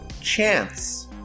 Chance